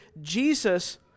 Jesus